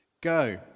Go